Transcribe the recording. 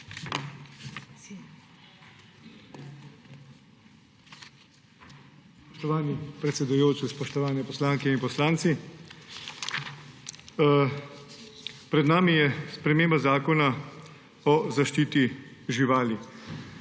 Spoštovani predsedujoči, spoštovani poslanke in poslanci! Pred nami je sprememba Zakona o zaščiti živali.